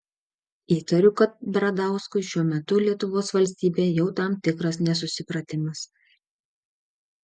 įtariu kad bradauskui šiuo metu lietuvos valstybė jau tam tikras nesusipratimas